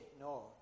no